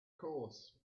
course